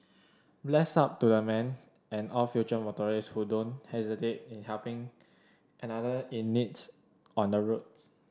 bless up to the man and all future motorist who don't hesitate in helping another in needs on the roads